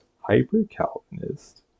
hyper-Calvinist